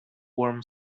warm